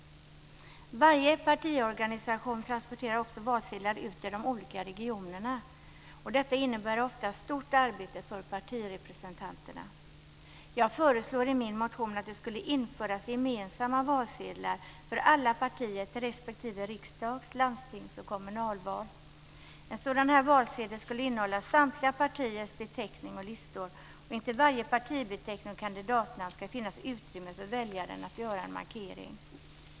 Varje partiorganisation transporterar också valsedlar ut till de olika regionerna. Detta innebär ofta stort arbete för partirepresentanterna. Jag föreslår i min motion att det ska införas gemensamma valsedlar för alla partier till respektive riksdags-, landstings och kommunalval. En sådan valsedel skulle innehålla samtliga partiers beteckning och listor. Intill varje partibeteckning och kandidatnamn ska det finnas utrymme för väljaren att göra en markering.